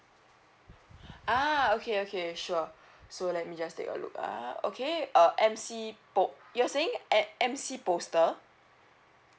ah okay okay sure so let me just take a look ah okay uh emcee po~ you're saying em~ emcee poster